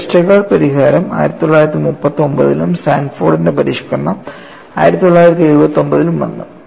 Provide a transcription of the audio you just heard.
ഈ വെസ്റ്റർഗാർഡ് പരിഹാരം 1939 ലും സാൻഫോർഡിന്റെ പരിഷ്ക്കരണം 1979 ലും വന്നു